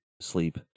Sleep